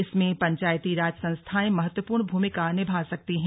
इसमें पंचायतीराज संस्थाएं महत्वपूर्ण भूमिका निभा सकती हैं